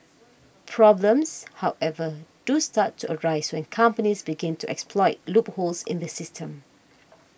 problems however do start to arise when companies begin to exploit loopholes in the system